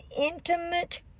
intimate